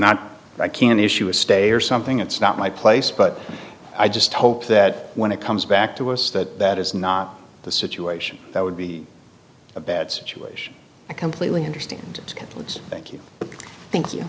not i can issue a stay or something it's not my place but i just hope that when it comes back to us that that is not the situation that would be a bad situation i completely understand scotland's thank you thank you